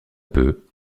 peu